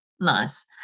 Nice